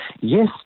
yes